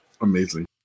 Amazing